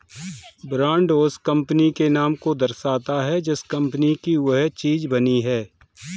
brand उस company के नाम को दर्शाता है जिस कंपनी की वह चीज बनी है